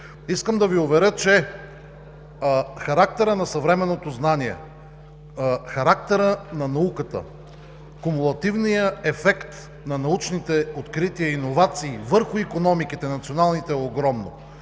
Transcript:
Искам да Ви уверя, че характерът на съвременното знание, характерът на науката, кумулативният ефект на научните открития и иновации върху националните икономики